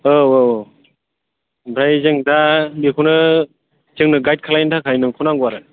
औ औ ओमफ्राय जों दा बेखौनो जोंनो गाइड खालायनो थाखाय नोंखौ नांगौ आरो